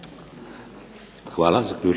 Hvala.